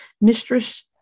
mistress